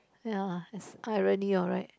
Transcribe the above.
yeah as I really alright